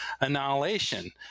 Annihilation